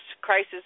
Crisis